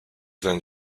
then